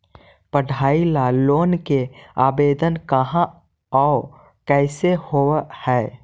पढाई ल लोन के आवेदन कहा औ कैसे होब है?